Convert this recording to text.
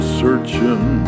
searching